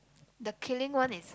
the killing one is